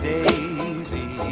Daisy